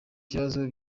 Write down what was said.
ibibazo